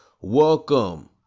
welcome